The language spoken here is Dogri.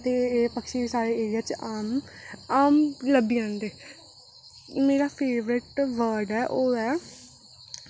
ते एह् पक्षी साढ़े एरिया च आम आम लब्भी जंदे मेरा फेवरेट बर्ड ऐ ओह् ऐ